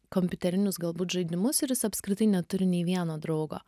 kompiuterinius galbūt žaidimus ir jis apskritai neturi nei vieno draugo